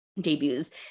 debuts